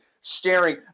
staring